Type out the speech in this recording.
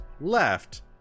Left